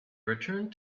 returned